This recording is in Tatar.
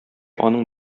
аның